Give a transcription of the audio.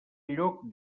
lloc